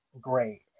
great